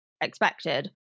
expected